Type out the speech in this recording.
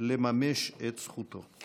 לממש את זכותו.